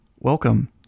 Welcome